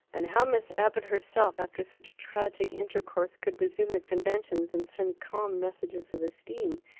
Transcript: and how miss abbott herself, after such tragic intercourse, could resume the conventions and send calm messages of esteem,